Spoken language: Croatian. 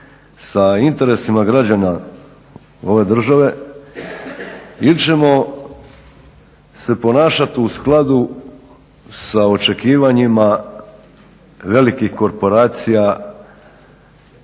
sa interesima građana ove države ili ćemo se ponašat u skladu sa očekivanjima velikih korporacija